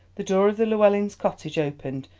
the door of the llewellyns' cottage opened,